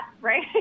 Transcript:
right